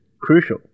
Crucial